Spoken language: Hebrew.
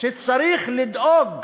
שצריך לדאוג